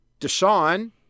Deshaun